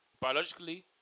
biologically